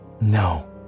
no